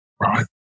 right